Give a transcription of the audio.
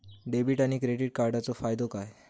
Debit आणि credit कार्डचो फायदो काय?